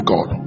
God